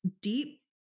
deep